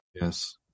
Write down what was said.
Yes